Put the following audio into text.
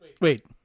Wait